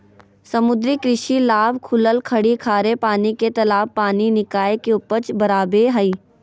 समुद्री कृषि लाभ खुलल खाड़ी खारे पानी के तालाब पानी निकाय के उपज बराबे हइ